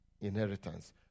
inheritance